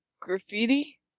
graffiti